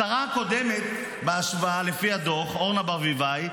השרה הקודמת, אורנה ברביבאי,